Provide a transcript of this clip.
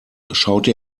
schaute